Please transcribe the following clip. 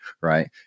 right